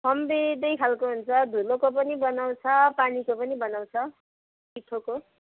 फम्बी दुई खालको हुन्छ धुलोको पनि बनाउँछ पानीको पनि बनाउँछ पिठोको